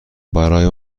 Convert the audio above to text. برای